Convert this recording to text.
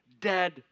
dead